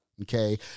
Okay